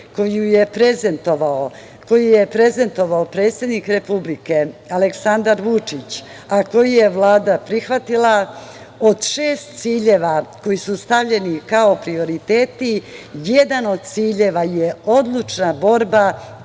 koju je prezentovao predsednik republike, Aleksandar Vučić, a koji je Vlada prihvatila, od šest ciljeva koji su stavljeni kao prioriteti jedan od ciljeva je odlučna borba